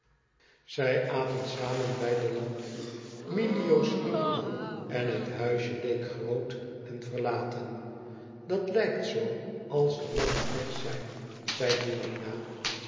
zij aten samen bij de lamp miho sliep al en het huisje leek groot en verlaten dat lijkt zoo als de mannen weg zijn zei